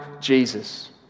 Jesus